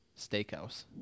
Steakhouse